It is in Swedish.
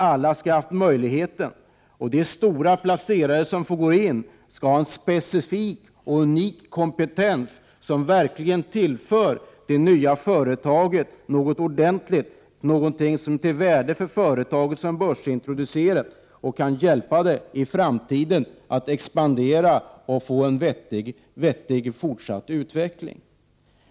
Alla skall ha haft möjligheten, och de stora placerare som får gå in skall ha en specifik och unik kompetens som verkligen tillför det nya företaget något ordentligt, något som är till värde för det börsintroducerade företaget och kan hjälpa det att expandera och få en vettig utveckling i framtiden.